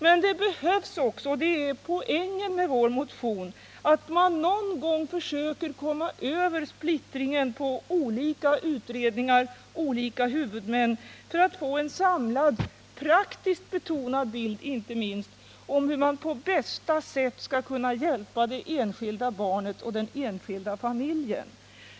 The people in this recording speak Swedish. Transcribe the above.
Men det är också viktigt — och det är poängen med vår motion — att man någon gång försöker komma över splittringen på olika utredningar och på olika huvudmän för att få en samlad och inte minst praktiskt betonad bild av hur man på bästa sätt skall kunna hjälpa det enskilda barnet och den enskilda familjen.